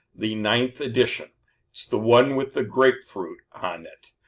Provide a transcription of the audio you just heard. the ninth edition. ikt's the one with the grapefruit on it.